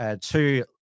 two